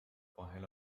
vahel